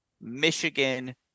Michigan